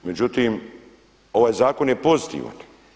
Međutim, ovaj zakon je pozitivan.